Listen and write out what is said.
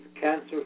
Cancer